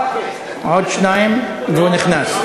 עוד שניים והוא נכנס.